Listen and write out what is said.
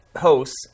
hosts